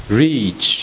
reach